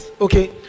okay